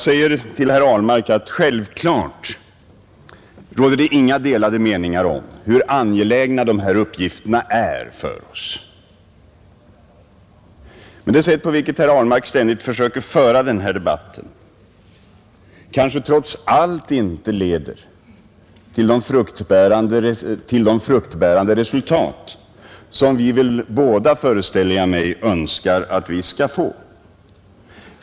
Självklart råder det, herr Ahlmark, inga delade meningar om hur angelägna dessa uppgifter är för oss. Men det sätt på vilket herr Ahlmark ständigt försöker föra denna debatt kanske trots allt inte leder till de fruktbärande resultat som vi väl båda, föreställer jag mig, önskar att vi skall få.